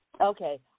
okay